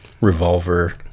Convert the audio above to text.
revolver